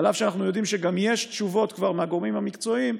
אף שאנחנו יודעים שכבר יש תשובות מהגורמים המקצועיים,